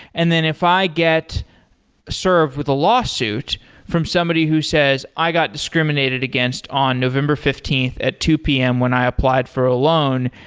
and then if i get served with a lawsuit from somebody who says, i got discriminated against on november fifteenth at two pm when i applied for a loan,